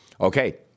Okay